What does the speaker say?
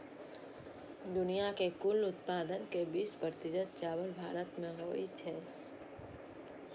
दुनिया के कुल उत्पादन के बीस प्रतिशत चावल भारत मे होइ छै